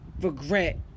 regret